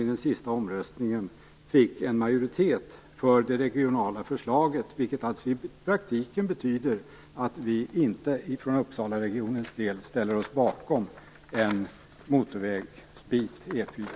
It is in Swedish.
I den sista omröstningen i fullmäktige blev det en majoritet för det regionala förslaget, vilket i praktiken betyder att vi i Uppsalaregionen inte ställer oss bakom förslaget om E 4.